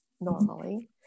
normally